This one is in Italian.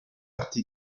art